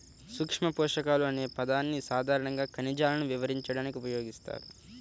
సూక్ష్మపోషకాలు అనే పదాన్ని సాధారణంగా ఖనిజాలను వివరించడానికి ఉపయోగిస్తారు